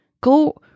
Go